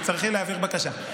תצטרכי להעביר בקשה.